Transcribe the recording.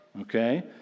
okay